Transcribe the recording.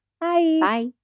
Bye